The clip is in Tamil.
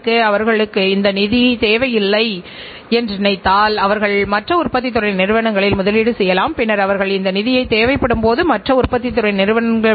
இரண்டாவது விஷயம் இலக்குகளின் வேறுபாடு என்பது செயல்திறனை சரியாக மதிப்பிடுவதற்கு வெவ்வேறு இலக்குகளையும் வெவ்வேறு வரையறைகளையும் உருவாக்குகிறது